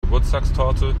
geburtstagstorte